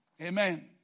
Amen